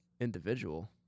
individual